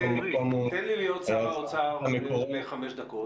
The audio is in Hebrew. האם המקום הוא --- תן לי להיות שר האוצר ב-2024 לחמש דקות.